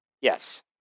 Yes